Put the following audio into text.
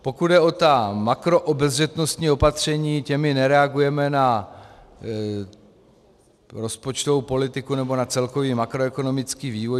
Pokud jde o ta makroobezřetnostní opatření, těmi nereagujeme na rozpočtovou politiku, nebo na celkový makroekonomický vývoj.